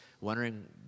wondering